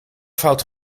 fout